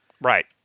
Right